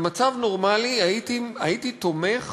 במצב נורמלי הייתי תומך